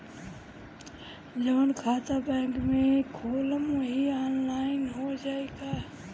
जवन खाता बैंक में खोलम वही आनलाइन हो जाई का?